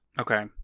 Okay